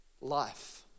life